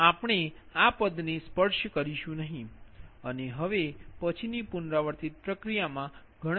તેથી આપણે આ પદ ને સ્પર્શ કરીશું નહીં અને હવે પછીની પુનરાવર્તિત પ્રક્રિયા માં ગણતરી કરીશું નહીં